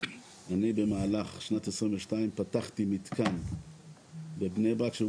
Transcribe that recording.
אני במהלך 2022 פתחתי מתקן בבני ברק שהוא